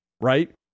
Right